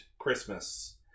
Christmas